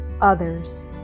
others